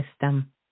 system